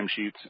timesheets